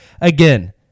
Again